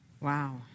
Wow